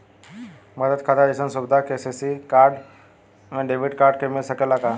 बचत खाता जइसन सुविधा के.सी.सी खाता में डेबिट कार्ड के मिल सकेला का?